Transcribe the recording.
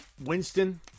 Winston